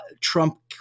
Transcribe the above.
Trump